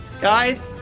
Guys